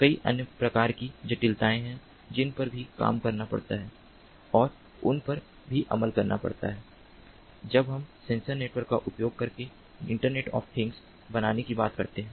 कई अन्य प्रकार की जटिलताएँ हैं जिन पर भी काम करना पड़ता है और उन पर भी अमल करना पड़ता है जब हम सेंसर नेटवर्क का उपयोग करके इंटरनेट ऑफ थिंग्स बनाने की बात करते हैं